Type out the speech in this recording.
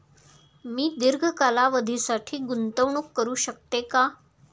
मी दीर्घ कालावधीसाठी गुंतवणूक करू शकते का?